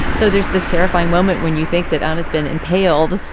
so there's this terrifying moment when you think that um has been impaled.